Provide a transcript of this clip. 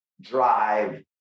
drive